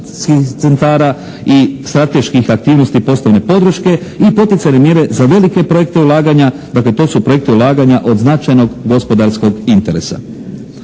centara i strateških aktivnosti poslovne podrške i poticajne mjere za velike projekte ulaganja, dakle to su projekti ulaganja od značajnog gospodarskog interesa.